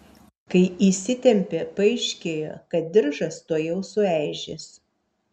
kai įsitempė paaiškėjo kad diržas tuojau sueižės